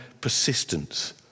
persistence